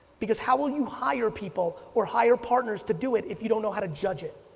because how will you hire people or hire partners to do it if you don't know how to judge it.